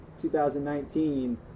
2019